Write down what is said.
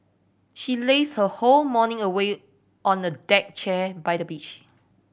she lazed her whole morning away on a deck chair by the beach